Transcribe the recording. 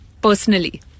personally